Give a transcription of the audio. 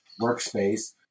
workspace